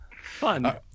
fun